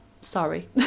Sorry